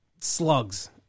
slugs